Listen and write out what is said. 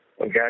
Okay